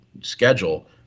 schedule